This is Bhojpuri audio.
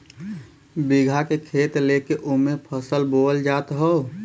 बीघा के खेत लेके ओमे फसल बोअल जात हौ